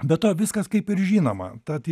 be to viskas kaip ir žinoma tad